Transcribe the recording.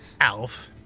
Alf